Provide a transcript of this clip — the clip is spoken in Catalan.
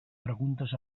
preguntes